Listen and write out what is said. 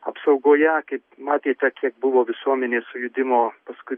apsaugoje kaip matėte kiek buvo visuomenės sujudimo paskui